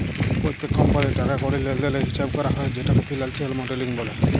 প্যত্তেক কমপালির টাকা কড়ির লেলদেলের হিচাব ক্যরা হ্যয় যেটকে ফিলালসিয়াল মডেলিং ব্যলে